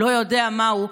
לא יודע מהו,